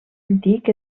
antic